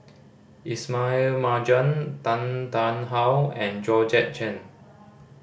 Ismail Marjan Tan Tarn How and Georgette Chen